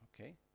okay